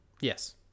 yes